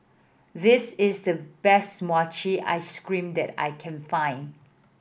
this is the best mochi ice cream that I can find